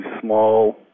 small